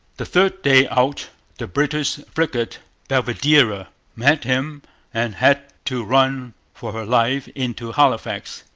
the third day out the british frigate belvidera met him and had to run for her life into halifax.